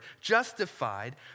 justified